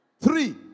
Three